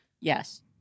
yes